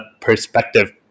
perspective